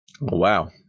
wow